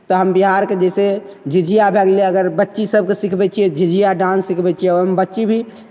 तऽ हम बिहारके जइसे झिझिया भै गेलै अगर बच्ची सभके सिखबै छिए झिझिया डान्स सिखबै छिए सिखबै छिए ओहिमे बच्ची भी